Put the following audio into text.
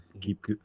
Keep